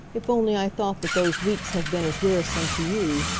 if only i thought that those weeks have been as wearisome to you